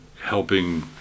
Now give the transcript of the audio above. helping